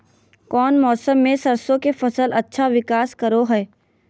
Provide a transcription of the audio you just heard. कौन मौसम मैं सरसों के फसल अच्छा विकास करो हय?